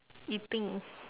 eating